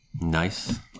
Nice